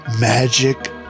MAGIC